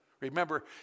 Remember